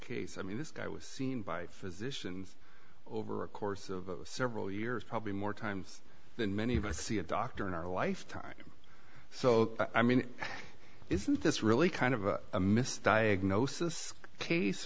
case i mean this guy was seen by physicians over a course of several years probably more times than many of us see a doctor in our lifetime so i mean isn't this really kind of a missed diagnosis case